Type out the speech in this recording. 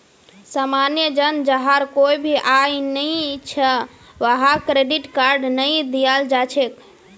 सामान्य जन जहार कोई भी आय नइ छ वहाक क्रेडिट कार्ड नइ दियाल जा छेक